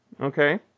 okay